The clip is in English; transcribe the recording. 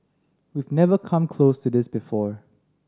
we've never come close to this before